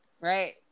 right